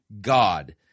God